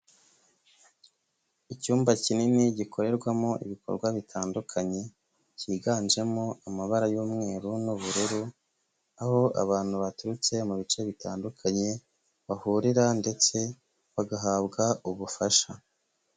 Icyumba kinini gikorerwamo ibikorwa bitandukanye, cyiganjemo amabara y'umweru n'ubururu, aho abantu baturutse mu bice bitandukanye, bahurira ndetse bagahabwa ubufasha.